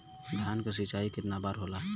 धान क सिंचाई कितना बार होला?